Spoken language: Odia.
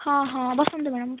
ହଁ ହଁ ବସନ୍ତୁ ମ୍ୟାଡ଼ାମ୍